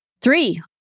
Three